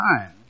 time